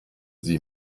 sie